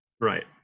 right